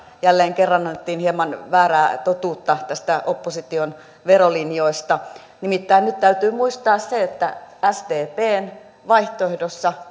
jälleen kerran annettiin hieman väärää totuutta opposition verolinjoista nimittäin nyt täytyy muistaa se että sdpn vaihtoehdossa